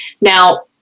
Now